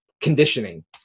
conditioning